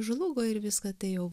žlugo ir viską tai jau